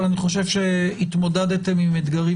אבל אני חושב שהתמודדתם עם אתגרים